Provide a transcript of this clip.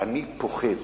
אני פוחד